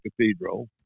Cathedral